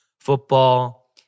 football